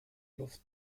luft